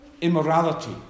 immorality